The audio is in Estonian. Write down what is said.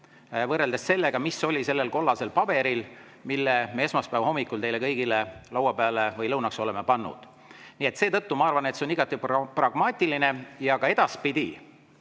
võrreldes sellega, mis oli sellel kollasel paberil, mille me esmaspäeva hommikuks või lõunaks teile kõigile laua peale oleme pannud. Nii et seetõttu, ma arvan, on see igati pragmaatiline. Ja ka edaspidi,